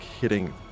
hitting